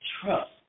trust